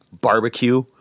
barbecue